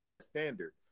standard